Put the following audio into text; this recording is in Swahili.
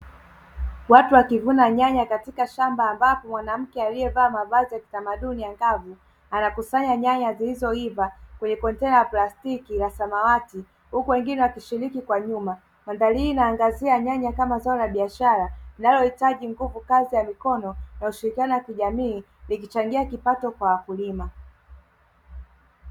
Watu wakivuna nyanya katika shamba ambapo mwanamke aliyaa mavazi ya kitamaduni angavu anakusanya nyanya zilizoiva kwenye kontena la plastiki la samawati huku wengine wakishiriki kwa nyuma. Mandhari hii inaangazia nyanya kama zao la biashara linalohitaji nguvu kazi ya mikono na ushirikiano wa kijamii, likichangia kipato kwa wakulima.